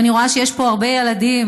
אני רואה שיש פה הרבה ילדים,